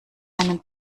einen